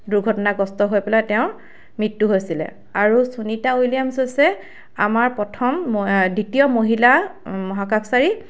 দুৰ্ঘটনাগ্ৰস্থ হৈ পেলাই তেওঁৰ মৃত্যু হৈছিলে আৰু সুনিতা উইলিয়ামছ হৈছে আমাৰ প্ৰথম দ্বিতীয় মহিলা মহাকাশচাৰী